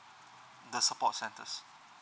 the support centers